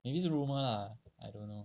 maybe 是 rumor lah I don't know